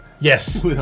Yes